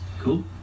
Cool